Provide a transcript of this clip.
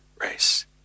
race